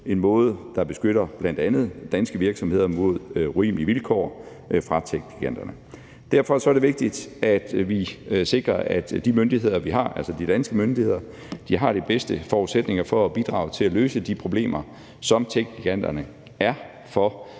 en måde, der beskytter bl.a. danske virksomheder mod urimelige vilkår fra techgiganterne. Derfor er det vigtigt, at vi sikrer, at de myndigheder, vi har, altså de danske myndigheder, har de bedste forudsætninger for at bidrage til at løse de problemer, som techgiganterne er for